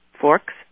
forks